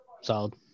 Solid